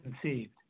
conceived